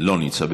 לא נמצא.